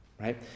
right